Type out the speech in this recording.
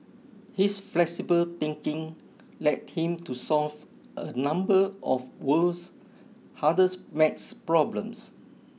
his flexible thinking led him to solve a number of world's hardest math problems